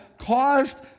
caused